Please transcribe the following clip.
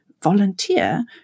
volunteer